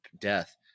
death